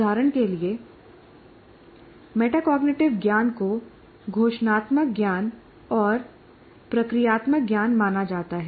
उदाहरण के लिए मेटाकोग्निटिव ज्ञान को घोषणात्मक ज्ञान और प्रक्रियात्मक ज्ञान माना जाता है